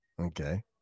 Okay